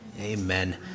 Amen